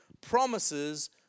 Promises